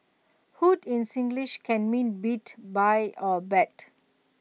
hoot in Singlish can mean beat buy or bet